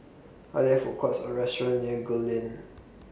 Are There Food Courts Or restaurants near Gul Lane